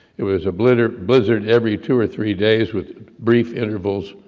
it was a blizzard blizzard every two or three days, with brief intervals,